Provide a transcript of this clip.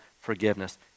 forgiveness